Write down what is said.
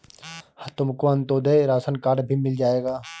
तुमको Antyodaya ration card भी मिल जाएगा